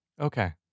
Okay